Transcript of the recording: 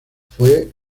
fue